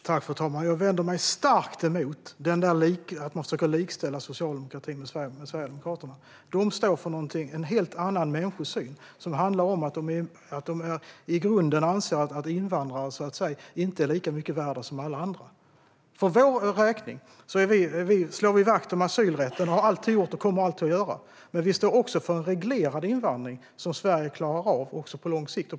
Fru talman! Jag vänder mig starkt emot att man försöker likställa socialdemokratin med Sverigedemokraterna. De står för en helt annan människosyn som handlar om att de i grunden anser att invandrare, så att säga, inte är lika mycket värda som alla andra. För vår räkning slår vi vakt om asylrätten. Det har vi alltid gjort, och det kommer vi alltid att göra. Men vi står också för en reglerad invandring som Sverige klarar av även på lång sikt.